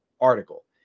article